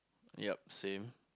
yup same